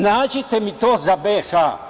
Nađite mi to za BiH.